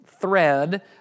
thread